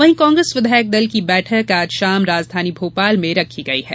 वही कांप्रेस विधायक दल की बैठक आज शाम राजधानी भोपाल में रखी गई है